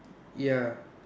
ya